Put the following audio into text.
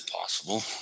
possible